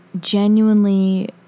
genuinely